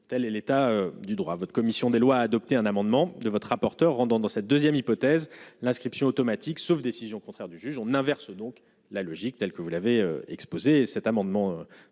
telle est l'état du droit à votre commission des lois a adopté un amendement de votre rapporteur rendant dans cette 2ème hypothèse l'inscription automatique, sauf décision contraire du juge, on inverse donc la logique telle que vous l'avez exposé cet amendement,